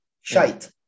Shite